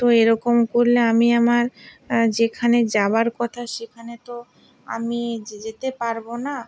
তো এরকম করলে আমি আমার যেখানে যাওয়ার কথা সেখানে তো আমি যেতে পারবো না